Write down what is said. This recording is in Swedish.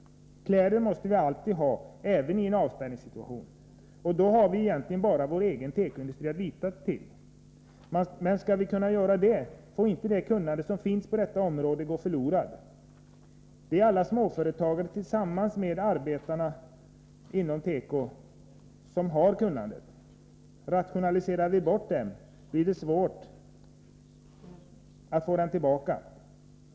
Kläder måste vi alltid ha, även i en avspärrningssituation, och då har vi egentligen bara vår egen tekoindustri att lita till. För att vi skall kunna klara en egen tillverkning får inte det kunnande som nu finns på detta område gå förlorat. Det är alla småföretagare tillsammans med arbetarna inom tekoindustrin som har kunnandet. Rationaliserar vi bort dem blir det svårt att få dem tillbaka.